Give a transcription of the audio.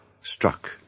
struck